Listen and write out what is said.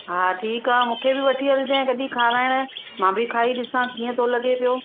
हा ठीकु आहे मूंखे बि वठी हलजइ कॾहि खाराइण मां बि खाइ ॾिसां कीअं थो लगे पियो